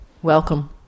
Welcome